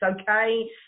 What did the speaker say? okay